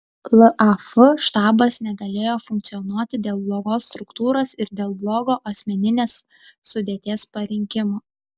laf štabas negalėjo funkcionuoti dėl blogos struktūros ir dėl blogo asmeninės sudėties parinkimo